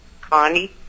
Connie